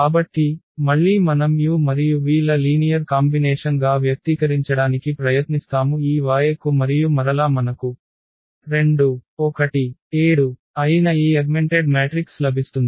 కాబట్టి మళ్ళీ మనం u మరియు v ల లీనియర్ కాంబినేషన్ గా వ్యక్తీకరించడానికి ప్రయత్నిస్తాము ఈ y కు మరియు మరలా మనకు అయిన ఈ అగ్మెంటెడ్ మ్యాట్రిక్స్ లభిస్తుంది